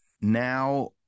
now